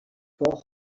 for